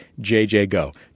jjgo